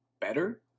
better